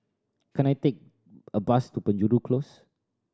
can I take a bus to Penjuru Close